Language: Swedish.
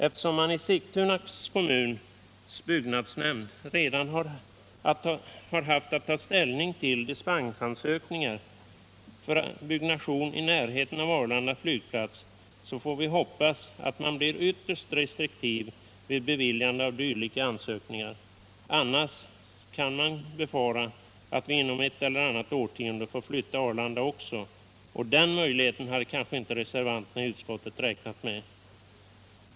Eftersom man i Sigtuna kommuns byggnadsnämnd redan har haft att ta ställning till dispensansökningar för byggnation i närheten av Arlanda flygplats får vi hoppas att man blir ytterst restriktiv vid beviljandet av dylika ansökningar. Annars kan det befaras att vi inom ett eller annat årtionde måste flytta flyget från Arlanda också. Den möjligheten har kanske inte reservanterna i utskottet räknat med.